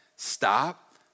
Stop